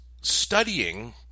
studying